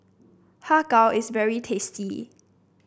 Har Kow is very tasty